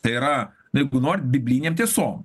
tai yra jeigu norit biblijinėm tiesom